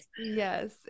yes